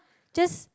just